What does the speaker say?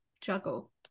juggle